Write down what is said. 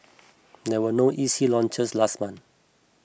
there were no E C launches last month